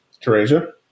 Teresa